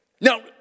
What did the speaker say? Now